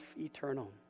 eternal